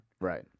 Right